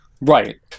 Right